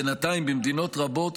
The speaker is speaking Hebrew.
בינתיים התפתחו במדינות רבות